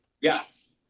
Yes